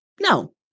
No